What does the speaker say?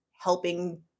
helping